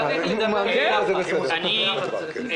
למשל ברמות הבכירות לקבוע שיש אחוז מסוים,